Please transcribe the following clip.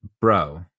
bro